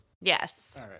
Yes